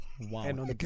Wow